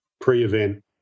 pre-event